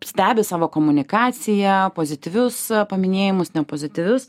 stebi savo komunikaciją pozityvius paminėjimus nepozityvius